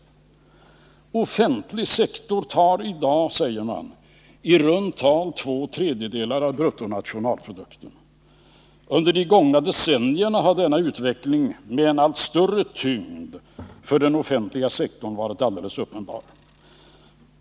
Den offentliga sektorn tar i dag, säger man, i runt tal två tredjedelar av bruttonationalprodukten. Under de gångna decennierna har denna utveckling, med en allt större tyngd för den offentliga sektorn, varit alldeles uppenbar.